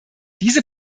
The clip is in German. diese